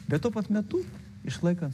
bet tuo pat metu išlaikant